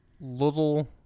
little